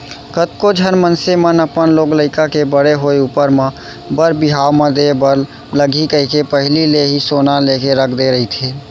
कतको झन मनसे मन अपन लोग लइका के बड़े होय ऊपर म बर बिहाव म देय बर लगही कहिके पहिली ले ही सोना लेके रख दे रहिथे